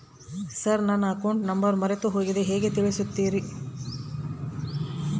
Sir ನನ್ನ account number ಮರೆತುಹೋಗಿದೆ ಹೇಗೆ ತಿಳಿಸುತ್ತಾರೆ?